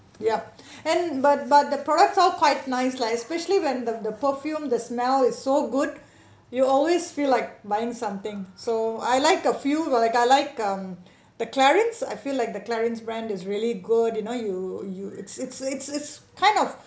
yup and but but the products all quite nice lah especially when the the perfume the smell is so good you always feel like buying something so I like a few while I like um the Clarins I feel like the Clarins brand is really good you know you you it's it's it's it's kind of